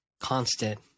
constant